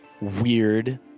weird